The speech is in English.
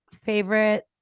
Favorite